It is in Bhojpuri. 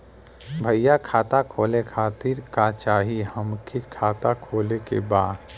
भईया खाता खोले खातिर का चाही हमके खाता खोले के बा?